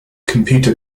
computer